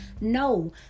No